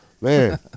Man